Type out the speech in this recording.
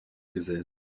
gesät